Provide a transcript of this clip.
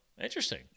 interesting